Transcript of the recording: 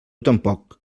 tampoc